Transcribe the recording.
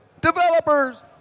Developers